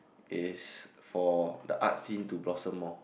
is for the art scene to blossom more